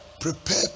prepare